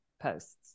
posts